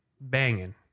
Banging